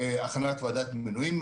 הכנת ועדת מינויים.